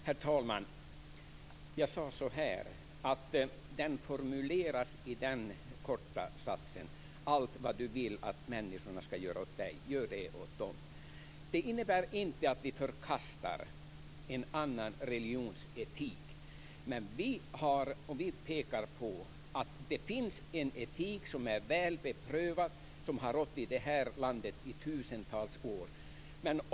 Herr talman! Jag sade att den kristna etiken formuleras i den korta satsen: Allt vad du vill att människorna skall göra åt dig, gör det åt dem. Det innebär inte att vi förkastar en annan religions etik. Men vi pekar på att det finns en väl beprövad etik som rått i det här landet i tusentals år.